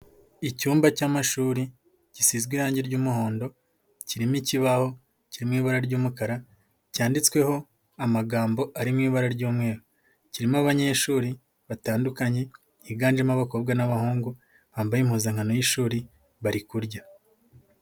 Icyumba cy'amashuri, gisizwe irangi ry'umuhondo, kirimo ikibaho, kirimo ibara ry'umukara, cyanditsweho amagambo arimo ibara ry'umweru, kirimo abanyeshuri batandukanye, higanjemo abakobwa n'abahungu, bambaye impuzankano y'ishuri, bari kurya.